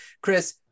Chris